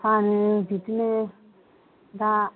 आं बिदिनो दा